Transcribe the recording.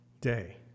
day